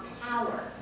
power